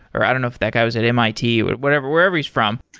or i don't know if that guy was at mit, but wherever wherever he's from.